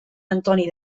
antoni